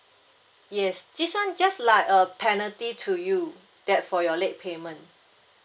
yes this [one] just like a penalty to you that for your late payment